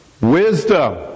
Wisdom